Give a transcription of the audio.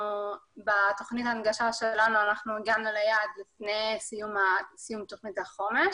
בתוכנית ההנגשה שלנו אנחנו הגענו ליעד לפני סיום תוכנית החומש.